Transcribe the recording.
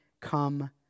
come